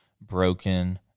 broken